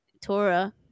torah